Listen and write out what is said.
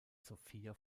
sophia